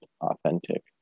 authentic